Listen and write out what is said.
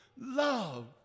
love